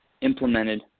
implemented